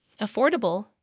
Affordable